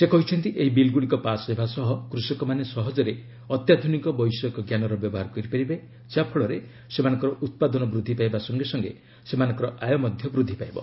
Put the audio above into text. ସେ କହିଛନ୍ତି ଏହି ବିଲ୍ଗୁଡ଼ିକ ପାସ୍ ହେବା ସହ କୃଷକମାନେ ସହଜରେ ଅତ୍ୟାଧ୍ରନିକ ବୈଷୟିକଜ୍ଞାନର ବ୍ୟବହାର କରିପାରିବେ ଯା ଫଳରେ ସେମାନଙ୍କର ଉତ୍ପାଦନ ବୃଦ୍ଧି ପାଇବା ସଙ୍ଗେ ସଙ୍ଗେ ସେମାନଙ୍କର ଆୟ ବୃଦ୍ଧି ପାଇବ